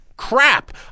Crap